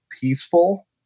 peaceful